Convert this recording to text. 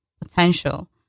potential